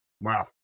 Wow